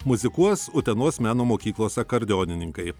muzikuos utenos meno mokyklos akordeonininkai